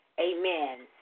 Amen